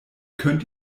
könnt